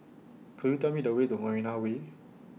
Could YOU Tell Me The Way to Marina Way